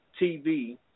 TV